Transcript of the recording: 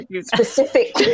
specific